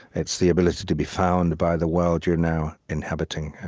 it's the ability to be found by the world you're now inhabiting.